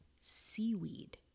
seaweed